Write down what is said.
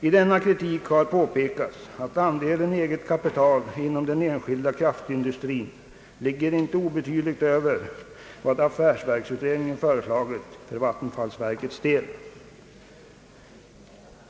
I denna kritik har påpekats att andelen eget kapital inom den enskilda kraftindustrin ligger icke obetydligt över vad affärsverksutredningen föreslagit för vattenfallsverkets del.